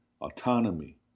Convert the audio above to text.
autonomy